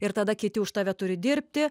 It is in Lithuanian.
ir tada kiti už tave turi dirbti